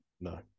No